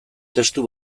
testu